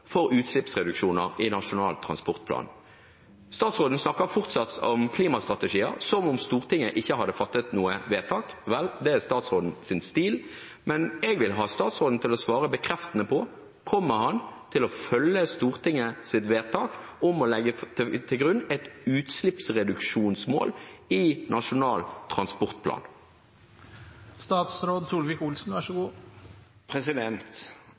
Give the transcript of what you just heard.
for utslippsreduksjoner i Nasjonal transportplan. Statsråden snakker fortsatt om klimastrategier som om Stortinget ikke hadde fattet noe vedtak. Vel, det er statsrådens stil. Men jeg vil ha statsråden til å svare bekreftende på: Kommer han til å følge Stortingets vedtak om å legge til grunn et utslippsreduksjonsmål i Nasjonal